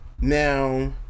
Now